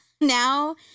Now